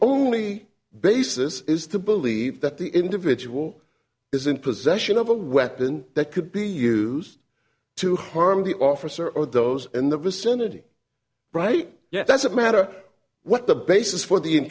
only basis is the belief that the individual is in possession of a weapon that could be used to harm the officer or those in the vicinity right yes doesn't matter what the basis for the